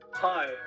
Hi